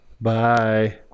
Bye